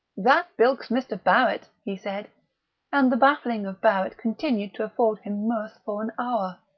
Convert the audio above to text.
that bilks mr. barrett! he said and the baffling of barrett continued to afford him mirth for an hour.